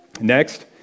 Next